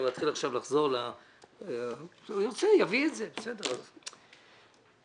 לגבי הנזילות - וכאן אני כבר צועק את זה פחות או יותר שנה